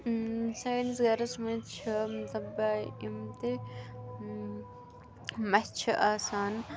سٲنِس گَرَس منٛز چھِ مطلب یِم تہِ مَچھِ چھِ آسان